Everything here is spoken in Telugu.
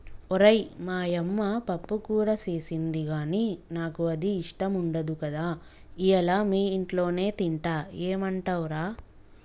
ఓరై మా యమ్మ పప్పుకూర సేసింది గానీ నాకు అది ఇష్టం ఉండదు కదా ఇయ్యల మీ ఇంట్లోనే తింటా ఏమంటవ్ రా